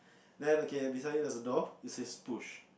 then okay beside it there's a door it says push